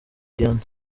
diana